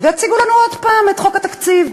ויציגו לנו עוד הפעם את חוק התקציב.